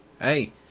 Hey